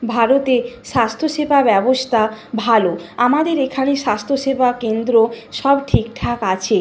ভারতে স্বাস্থ্যসেবা ব্যবস্থা ভালো আমাদের এখানে স্বাস্থ্যসেবা কেন্দ্র সব ঠিকঠাক আছে